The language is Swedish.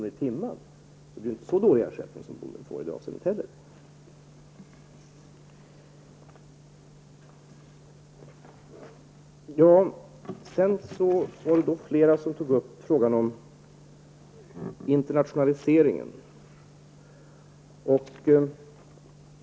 Det är alltså inte heller i det avseendet någon särskilt dålig ersättning som bonden får. Flera talare tog upp frågan om internationaliseringen.